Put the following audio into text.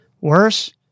Worse